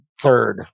third